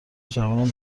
جوانان